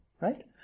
right